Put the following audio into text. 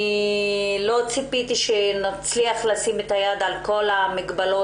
לא ציפיתי שנצליח לשים את היד על כל המגבלות